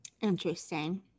Interesting